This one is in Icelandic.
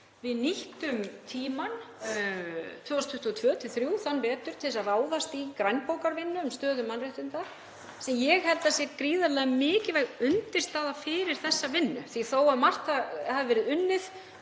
Við nýttum tímann 2022–2023, þann vetur, til þess að ráðast í grænbókarvinnu um stöðu mannréttinda sem ég held að sé gríðarlega mikilvæg undirstaða fyrir þessa vinnu því að þó að margt hafi verið unnið